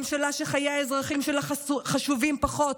ממשלה שחיי האזרחים שלה חשובים פחות